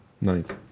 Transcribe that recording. ninth